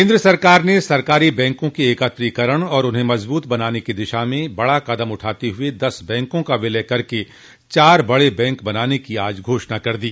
केन्द्र सरकार ने सरकारी बैंकों के एकत्रिकरण और उन्हें मजबूत बनाने की दिशा में बड़ा कदम उठाते हुए दस बैंकों का विलय कर चार बड़े बैंक बनाने की आज घोषणा कर दी